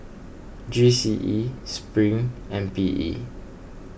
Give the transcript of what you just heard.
G C E Spring and P E